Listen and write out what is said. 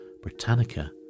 Britannica